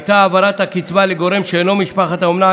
הייתה העברת הקצבה לגורם שאינו משפחת האומנה,